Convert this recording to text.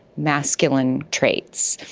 masculine traits.